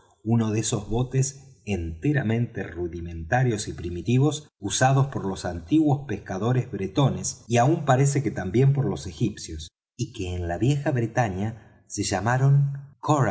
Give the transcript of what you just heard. uno de esos botes enteramente rudimentarios y primitivos usados por los antiguos pescadores bretones y aun parece que también por los egipcios y que en la vieja bretaña se llamaron